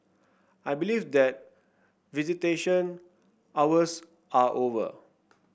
I believe that visitation hours are over